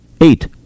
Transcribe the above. Eight